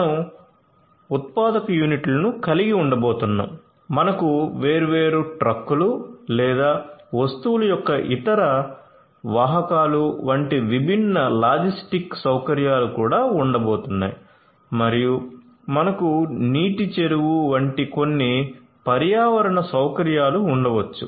మనం ఉత్పాదక యూనిట్లను కలిగి ఉండబోతున్నాం మనకు వేర్వేరు ట్రక్కులు లేదా వస్తువుల యొక్క ఇతర ఇతర వాహకాలు వంటి విభిన్న లాజిస్టిక్ సౌకర్యాలు కూడా ఉండబోతున్నాయి మరియు మనకు నీటి చెరువు వంటి కొన్ని పర్యావరణ సౌకర్యాలు ఉండవచ్చు